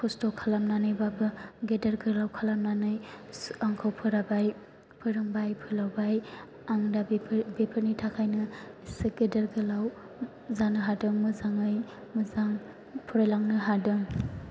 खस्थ' खालामनानैब्लाबो गेदेर गोलाव खालामनानै आंखौ फोरोंबाय फोलावबाय आं दा बेफोरनि थाखायनो एसे गेदेर गोलाव जानो हादों मोजाङै मोजां फरायलांनो हादों